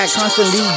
constantly